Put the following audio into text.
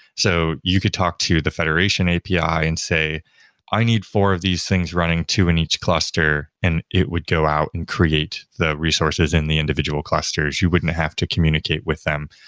so you could talk to the federation api and say i need four of these things running to in each cluster and it would go out and create the resources in the individual clusters. you wouldn't have to communicate with them,